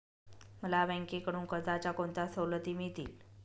मला बँकेकडून कर्जाच्या कोणत्या सवलती मिळतील?